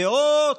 פאות,